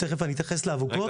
תיכף אני אתייחס לאבוקות.